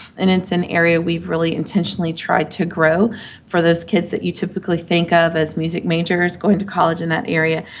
and it's an area we've really intentionally tried to grow for those kids that you typically think of as music majors, going to college in that area,